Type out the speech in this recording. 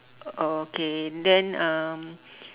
oh okay then um